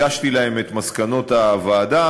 הגשתי להן את מסקנות הוועדה.